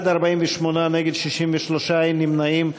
בעד, 48, נגד, 63, אין נמנעים.